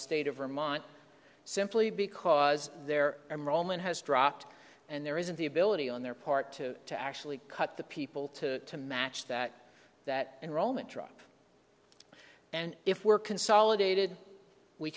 state of vermont simply because they're and roland has dropped and there isn't the ability on their part to to actually cut the people to match that that enrollment drop and if we're consolidated we